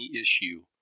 issue